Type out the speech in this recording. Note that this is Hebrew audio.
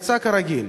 יצא כרגיל.